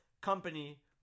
Company